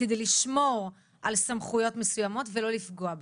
כדי לשמור על סמכויות מסוימות ולא לפגוע בהן.